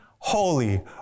holy